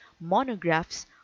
monographs